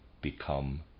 become